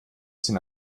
sind